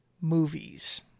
movies